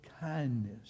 kindness